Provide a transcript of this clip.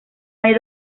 hay